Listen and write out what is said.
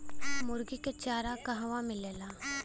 मुर्गी के चारा कहवा मिलेला?